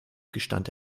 gestand